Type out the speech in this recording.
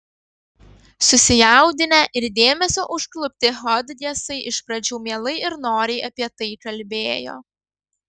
susijaudinę ir dėmesio užklupti hodgesai iš pradžių mielai ir noriai apie tai kalbėjo